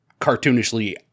cartoonishly